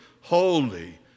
Holy